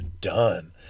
done